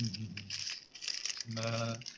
दा